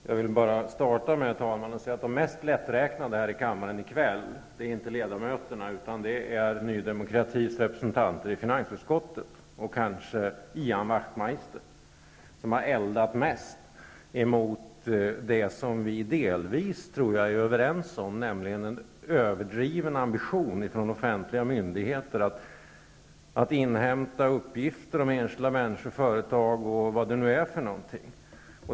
Jag vill börja med att säga att det inte är ledamöterna som är de mest lätträknade här i kväll, utan det är Ny demokratis representanter i finansutskottet, och främst då Ian Wachtmeister, som är den som har eldat mest mot det som vi delvis är överens om, nämligen att det finns en överdriven ambition hos offentliga myndigheter att inhämta uppgifter om enskilda människor och företag.